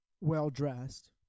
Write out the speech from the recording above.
well-dressed